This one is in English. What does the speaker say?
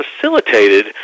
facilitated